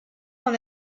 dans